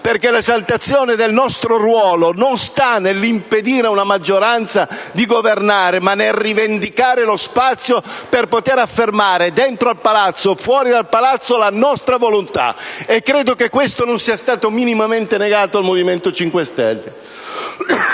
perché l'esaltazione del nostro ruolo non sta nell'impedire a una maggioranza di governare, ma nel rivendicare lo spazio per poter affermare, dentro al palazzo e fuori dal palazzo, la nostra volontà. e credo che questo non sia stato minimamente negato al Movimento 5 Stelle.